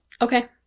Okay